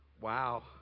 Wow